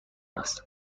است